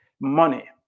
money